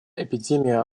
эпидемия